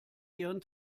ihren